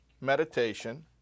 meditation